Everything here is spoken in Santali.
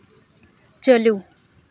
ᱪᱟᱹᱞᱩ